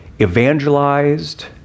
evangelized